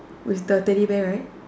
with the teddy bear right